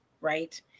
Right